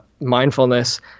mindfulness